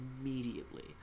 immediately